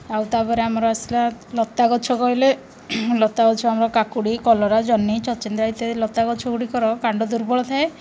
ଆଉ ତା'ପରେ ଆମର ଆସିଲା ଲତା ଗଛ କହିଲେ ଲତା ଗଛ ଆମର କାକୁଡ଼ି କଲରା ଜହ୍ନି ଚଚିନ୍ଦ୍ରା ଇତ୍ୟାଦି ଲତା ଗଛ ଗୁଡ଼ିକର କାଣ୍ଡ ଦୁର୍ବଳ ଥାଏ